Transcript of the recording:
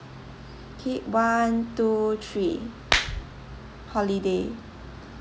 okay one two three holiday